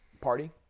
party